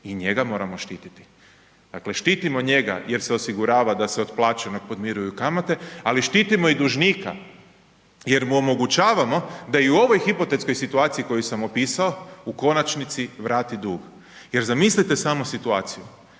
i njega moramo štititi. Dakle štitimo njega jer se osigurava da se od plaćenog podmiruju kamate ali štitimo i dužnika jer mu omogućavamo da i u ovoj hipotetskoj situaciji koju sam opisao, u konačnici vratit dug jer zamislite samo situaciju,